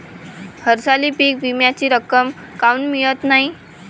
हरसाली पीक विम्याची रक्कम काऊन मियत नाई?